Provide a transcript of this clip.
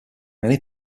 many